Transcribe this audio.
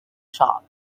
shop